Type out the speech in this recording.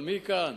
אבל מכאן